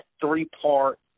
three-part